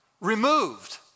removed